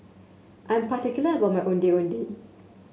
I'm particular about my Ondeh Ondeh